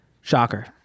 Shocker